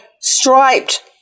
striped